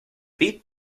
beat